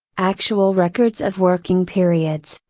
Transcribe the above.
actual records of working periods,